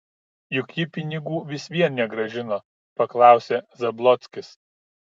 juk ji pinigų vis vien negrąžino paklausė zablockis